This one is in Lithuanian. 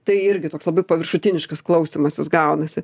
tai irgi toks labai paviršutiniškas klausymasis gaunasi